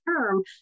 term